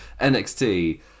NXT